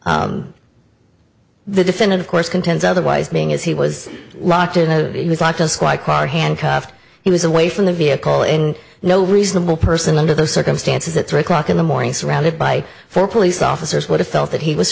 the defendant of course contends otherwise being as he was locked in a squad car handcuffed he was away from the vehicle in no reasonable person under those circumstances at three o'clock in the morning surrounded by four police officers would have felt that he was